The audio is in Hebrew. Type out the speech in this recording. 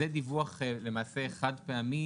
זה דיווח למעשה חד פעמי